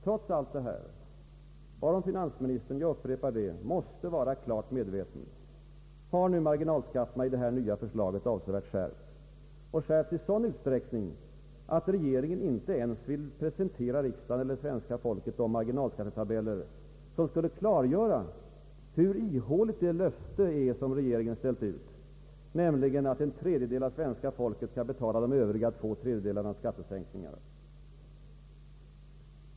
Trots allt detta — varom finansministern, jag upprepar det, måste vara klart medveten — har marginalskatterna i det nya förslaget avsevärt skärpts och skärpts i sådan utsträckning att regeringen inte ens vill presentera riksdagen eller svenska folket de marginalskattetabeller som skulle klargöra hur ihåligt det löfte är som regeringen utställt, nämligen att en tredjedel av svenska folket skall betala de övriga två tredjedelarnas skattesänkningar.